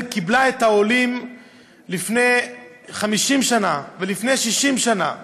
קיבלה את העולים לפני 50 שנה ולפני 60 שנה,